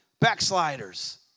backsliders